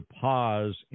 pause